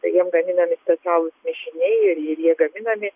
tai jiem gaminami specialūs mišiniai ir jie gaminami